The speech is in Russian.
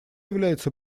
является